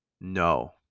no